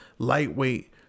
lightweight